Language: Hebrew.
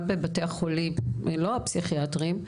גם בבתי החולים הלא פסיכיאטריים,